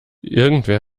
irgendwer